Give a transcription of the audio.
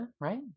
Right